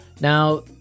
Now